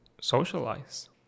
socialize